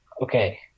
okay